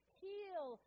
heal